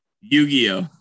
Yu-Gi-Oh